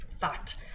Fact